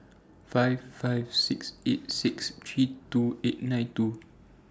five five six eight six three two eight nine two